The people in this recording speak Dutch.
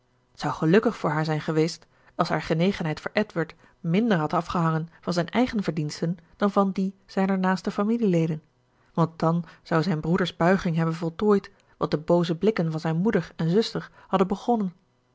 zou gelukkig voor haar zijn geweest als haar genegenheid voor edward minder had afgehangen van zijn eigen verdiensten dan van die zijner naaste familieleden want dan zou zijn broeders buiging hebben voltooid wat de booze blikken van zijn moeder en zuster hadden begonnen